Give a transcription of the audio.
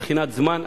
מבחינת זמן,